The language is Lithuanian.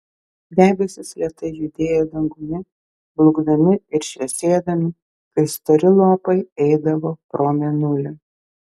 debesys lėtai judėjo dangumi blukdami ir šviesėdami kai stori lopai eidavo pro mėnulį